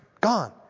gone